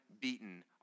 beaten